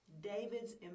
David's